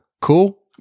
Cool